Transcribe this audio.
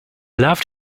loved